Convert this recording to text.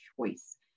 choice